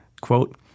quote